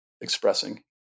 expressing